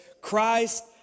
Christ